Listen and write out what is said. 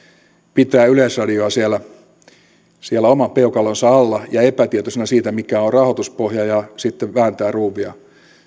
pitää yleisradiota siellä oman peukalonsa alla ja epätietoisena siitä mikä on rahoituspohja ja sitten vääntää ruuvia